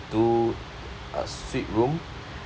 two uh suite room